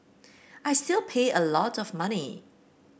I still pay a lot of money